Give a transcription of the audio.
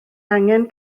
angen